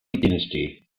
dynasty